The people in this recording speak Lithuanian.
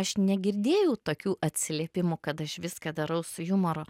aš negirdėjau tokių atsiliepimų kad aš viską darau su jumoru